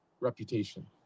Reputation